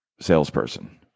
salesperson